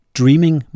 dreaming